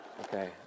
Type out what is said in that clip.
okay